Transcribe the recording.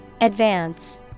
Advance